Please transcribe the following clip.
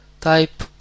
type